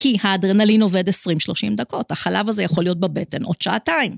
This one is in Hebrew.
כי האדרנלין עובד 20-30 דקות, החלב הזה יכול להיות בבטן עוד שעתיים.